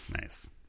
Nice